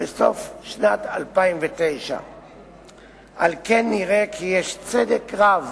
בסוף שנת 2009. על כן נראה כי יש צדק רב